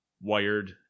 wired